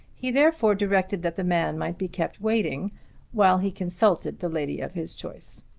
he therefore directed that the man might be kept waiting while he consulted the lady of his choice.